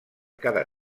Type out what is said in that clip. cada